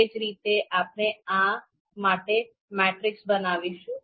એ જ રીતે આપણે આ માટે મેટ્રિક્સ બનાવીશું